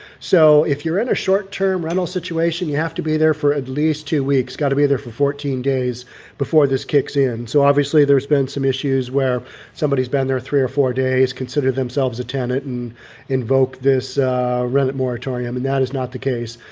so if you're in a short term rental situation, you have to be there for at least two weeks got to be there for fourteen days before this kicks in. so obviously, there's been some issues where somebody has been there three or four days consider themselves a tenant and invoke this rent moratorium and that is not the case.